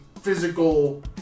physical